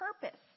purpose